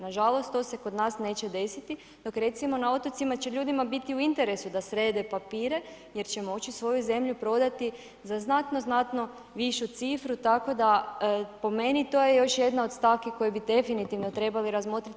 Nažalost, to se kod nas neće desiti, dok recimo na otocima će ljudima biti u interesu da srede papire jer će moći svoju zemlju prodati za znatno višu cifru, tako da po meni to je još jedna od stavki koje bi definitivno trebali razmotriti.